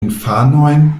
infanojn